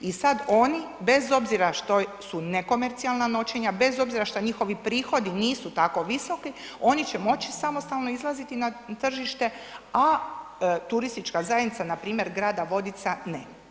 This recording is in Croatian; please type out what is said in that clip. I sad oni bez obzira što su nekomercijalna noćenja, bez obzira šta njihovi prihodi nisu tako visoki oni će moći samostalno izlaziti na tržište, a turistička zajednica npr. grada Vodica ne.